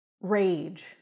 rage